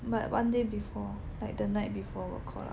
but one day before like the night before will call up